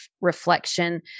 reflection